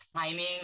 timing